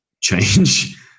change